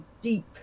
deep